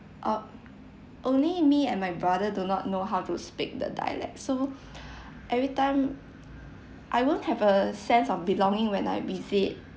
uh only me and my brother do not know how to speak the dialect so every time I won't have a sense of belonging when I visit